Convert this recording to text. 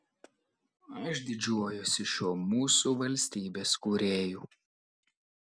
aš didžiuojuosi šiuo mūsų valstybės kūrėju